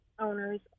owners